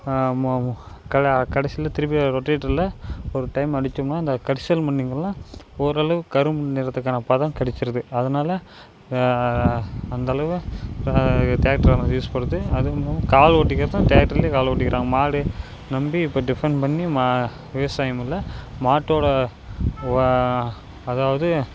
கடைசியில் திருப்பியும் அது ரொட்டேட்டருல ஒரு டைம் அடித்தோம்னா அந்த கரிசல் மண்ணுங்கெல்லாம் ஓரு அளவுக்கு கரும்பு நடுறத்துக்கான பதம் கெடைச்சிருது அதனால அந்த அளவு டிராக்ட்டரானது யூஸ் படுது அதுவும் இல்லாமல் கால் ஓட்டிக்கிறதும் டிராக்டர்லேயே கால் ஓட்டிக்கிறாங்க மாடு நம்பி இப்போ டிஃபன் பண்ணி விவசாயம் இல்ல மாட்டோட அதாவது